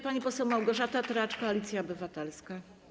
Pani poseł Małgorzata Tracz, Koalicja Obywatelska.